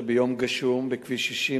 במספר מחלקות,